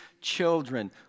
children